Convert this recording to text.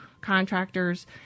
contractors